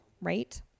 right